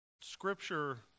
Scripture